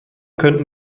könnten